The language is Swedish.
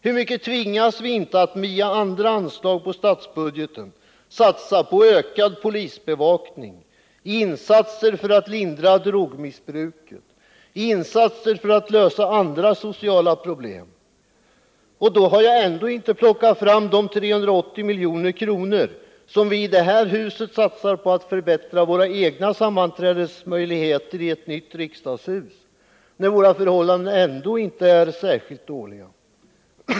Hur mycket tvingas vi inte att via andra anslag i statsbudgeten satsa på ökad polisbevakning, på insatser för att lindra drogmissbruket och på insatser för att lösa andra sociala problem! Då har jag ändå inte plockat fram de 380 milj.kr. som vi i detta hus satsar på att förbättra våra egna sammanträdesmöjligheter i form av ett nytt riksdagshus. Våra arbetsförhållanden är ändå inte särskilt dåliga.